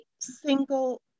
single